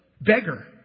beggar